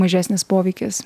mažesnis poveikis